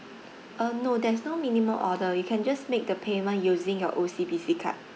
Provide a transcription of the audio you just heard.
uh no there's no minimum order you can just make the payment using your O_C_B_C card